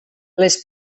les